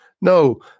No